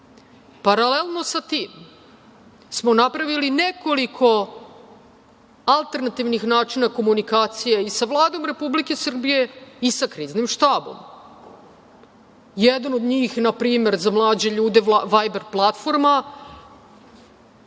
ima. Paralelno sa tim smo napravili nekoliko alternativnih načina komunikacije i sa Vladom Republike Srbije i sa Kriznim štabom. Jedan od njih, na primer, za mlađe ljude je „Vajber“ platforma,